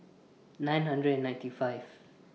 nine hundred and ninety five